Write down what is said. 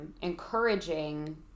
encouraging